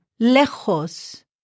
lejos